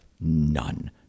None